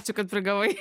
ačiū kad prigavai